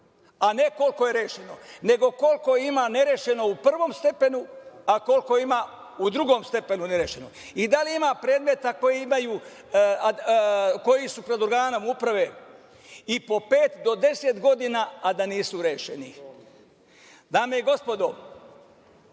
ne koliko je rešeno, nego koliko ima nerešeno u prvom stepenu, a koliko ima u drugom stepenu nerešeno i da li ima predmeta koji su pred organom uprave i po pet do 10 godina, a da nisu rešeni. Dame i gospodo,